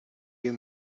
you